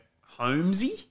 Holmesy